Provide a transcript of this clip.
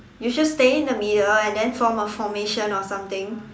you should stay in the middle and then form a formation or something